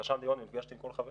התרשמתי מאוד ונפגשתי עם חלק